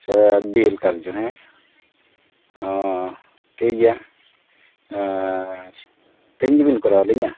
ᱟᱪᱪᱷᱟ ᱵᱤᱞ ᱠᱟᱜᱚᱡᱽ ᱫᱚ ᱦᱮᱸ ᱚᱸᱻ ᱴᱷᱤᱠ ᱜᱮᱭᱟ ᱟᱨ ᱛᱮᱦᱮᱧ ᱜᱮᱵᱮᱱ ᱠᱚᱨᱟᱣ ᱟᱹᱞᱤᱧᱟ